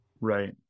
Right